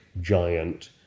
giant